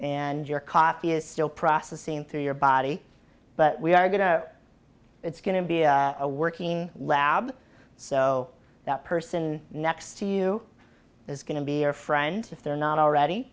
and your coffee is still processing through your body but we are going to air it's going to be a working lab so that person next to you is going to be our friend if they're not already